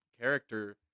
character